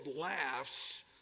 laughs